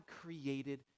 created